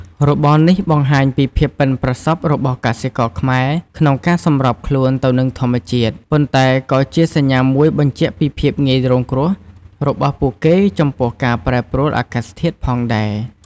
របរនេះបង្ហាញពីភាពប៉ិនប្រសប់របស់កសិករខ្មែរក្នុងការសម្របខ្លួនទៅនឹងធម្មជាតិ ប៉ុន្តែក៏ជាសញ្ញាមួយបញ្ជាក់ពីភាពងាយរងគ្រោះរបស់ពួកគេចំពោះការប្រែប្រួលអាកាសធាតុផងដែរ។